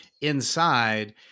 inside